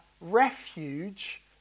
refuge